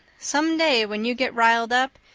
someday when you get riled up.